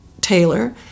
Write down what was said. Taylor